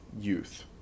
youth